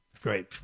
Great